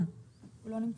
גם הוא לא נמצא.